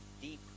deep